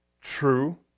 true